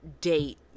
date